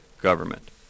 government